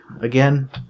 again